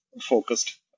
focused